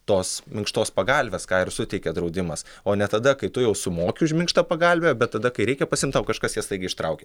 tos minkštos pagalvės ką ir suteikia draudimas o ne tada kai tu jau sumoki už minkštą pagalvę bet tada kai reikia pasiimti tau kažkas ją staigiai ištraukia